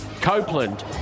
Copeland